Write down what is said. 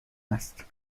است